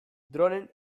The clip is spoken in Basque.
droneen